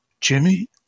Jimmy